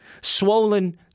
swollen